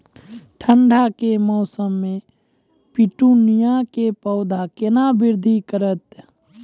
ठंड के मौसम मे पिटूनिया के पौधा केना बृद्धि करतै?